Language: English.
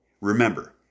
Remember